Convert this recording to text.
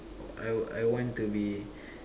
I I want to be